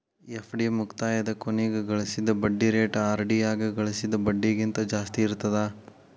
FD ಮುಕ್ತಾಯದ ಕೊನಿಗ್ ಗಳಿಸಿದ್ ಬಡ್ಡಿ ರೇಟ ಆರ್.ಡಿ ಯಾಗ ಗಳಿಸಿದ್ ಬಡ್ಡಿಗಿಂತ ಜಾಸ್ತಿ ಇರ್ತದಾ